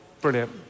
Brilliant